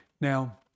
Now